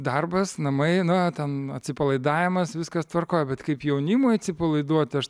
darbas namai na ten atsipalaidavimas viskas tvarkoj bet kaip jaunimui atsipalaiduoti aš